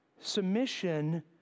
submission